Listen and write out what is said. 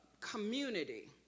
community